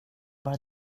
bara